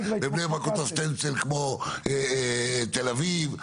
ובני ברק אותו סטנסיל כמו תל אביב.